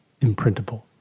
imprintable